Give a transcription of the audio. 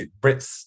Brits